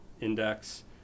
index